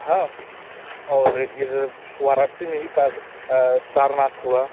हाँ और इधर वाराणसी में भी काशी सारनाथ हुआ